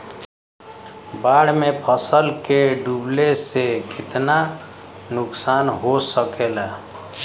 बाढ़ मे फसल के डुबले से कितना नुकसान हो सकेला?